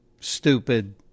stupid